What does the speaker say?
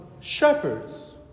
shepherds